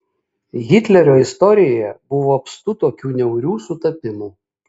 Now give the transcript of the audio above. hitlerio istorijoje buvo apstu tokių niaurių sutapimų